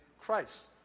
Christ